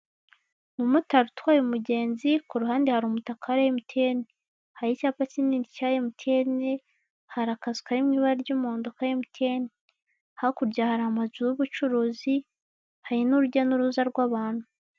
Umumotari utwaye umugenzi kuruhande hari umutaka wa MTN hakurya hari icyapa kinini cya MTN, hakurya hari amazu y'ubucuruzi hari n'urujya n'uruza rw'abantu.